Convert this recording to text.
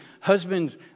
husbands